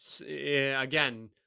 again